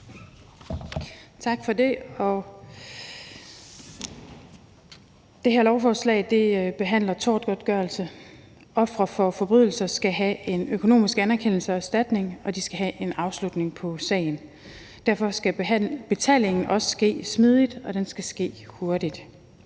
Tak for det. Det her lovforslag behandler tortgodtgørelse. Ofre for forbrydelser skal have en økonomisk anerkendelse og erstatning, og de skal have en afslutning på sagen. Derfor skal betalingen også ske smidigt, og den skal ske hurtigt.